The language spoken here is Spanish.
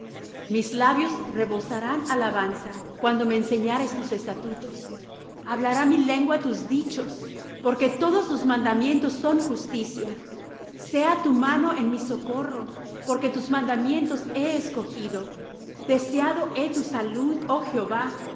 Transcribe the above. mis labios rebosarán alabanza cuando me enseñares tus estatutos hablará mi lengua tus dichos porque todos tus mandamientos son justicia sea tu mano en mi socorro porque tus mandamientos he escogido deseado he tu salud oh jehová